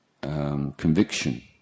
conviction